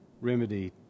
remedy